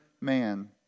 man